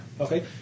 Okay